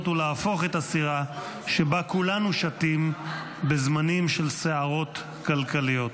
ולהפוך את הסירה שבה כולנו שטים בזמנים של סערות כלכליות.